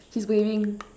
he's waving